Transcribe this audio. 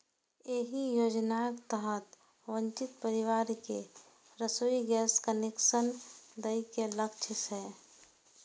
एहि योजनाक तहत वंचित परिवार कें रसोइ गैस कनेक्शन दए के लक्ष्य छै